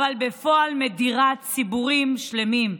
אבל בפועל מדירה ציבורים שונים,